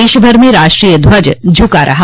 देश भर में राष्ट्रीय ध्वज झुका रहा